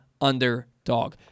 Underdog